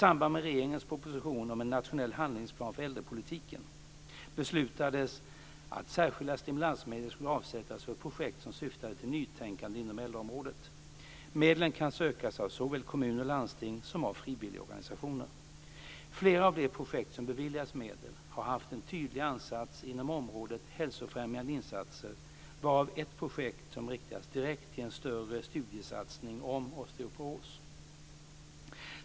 1997/98:113) beslutades att särskilda stimulansmedel skulle avsättas för projekt som syftade till nytänkande inom äldreområdet. Medlen kan sökas av såväl kommun och landsting som av frivilligorganisationer. Flera av de projekt som beviljats medel har haft en tydlig ansats inom området hälsofrämjande insatser. Ett projekt inriktas direkt på en större studiesatsning om osteoporos.